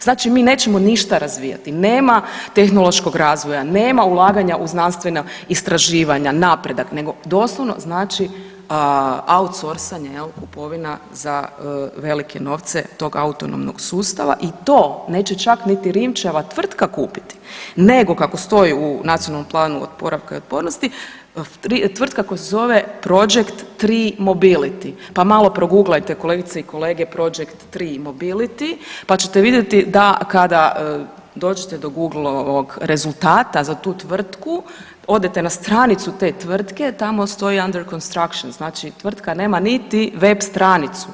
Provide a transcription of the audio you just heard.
Znači mi nećemo ništa razvijati, nema tehnološkog razvoja, nema ulaganja u znanstvena istraživanja, napredak nego doslovno znači autsorsanje kupovina za velike novce tog autonomnog sustava i to neće čak niti Rimčeva tvrtka kupiti, nego kako stoji u Nacionalnom planu oporavka i otpornosti, tvrtka koja se zove Project 3 Mobility pa malo proguglajte, kolegice i kolege, Project 3 MObility pa ćete vidjeti da kada dođete do Googleovog rezultata za tu tvrtku, odete na stranicu te tvrtke, tamo stoji under construction, dakle tvrtka nema niti web stranicu.